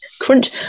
crunch